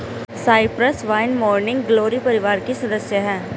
Cyprus vine morning glory परिवार की सदस्य हैं